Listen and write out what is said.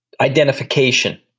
identification